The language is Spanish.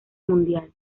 mundial